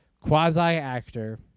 quasi-actor